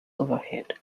overhead